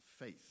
faith